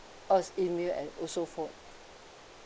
or s~ email and also phone